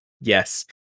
yes